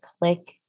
click